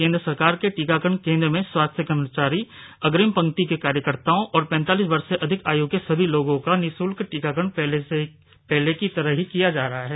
केंद्र सरकार के टीकाकरण केंद्रों में स्वास्थ्य कर्मचारी अग्रिम पंक्ति के कार्यकर्ताओं और पैंतालीस वर्ष से अधिक आयु के सभी लोगों का निरूशुल्क टीकाकरण पहले की तरह ही जारी रहेगा